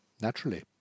naturally